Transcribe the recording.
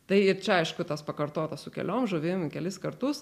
tai ir čia aišku tas pakartota su keliom žuvim kelis kartus